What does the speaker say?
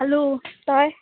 hello তই